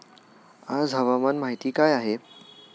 आज हवामान माहिती काय आहे?